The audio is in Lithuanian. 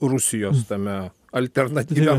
rusijos tame alternatyva